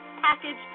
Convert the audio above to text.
package